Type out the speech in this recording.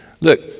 Look